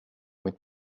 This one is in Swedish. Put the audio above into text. mitt